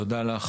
תודה לך.